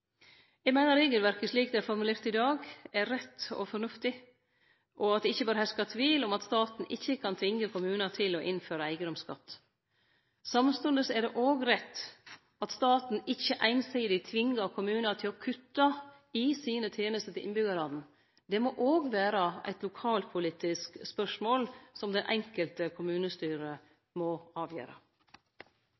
Eg meiner at regelverket slik det er formulert i dag, er rett og fornuftig, og at det ikkje bør herske tvil om at staten ikkje kan tvinge kommunar til å innføre eigedomsskatt. Samstundes er det rett at staten ikkje einsidig tvingar kommunar til å kutte i sine tenester til innbyggjarane. Det må òg vere eit lokalpolitisk spørsmål, som det enkelte kommunestyret